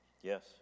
Yes